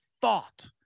thought